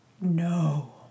no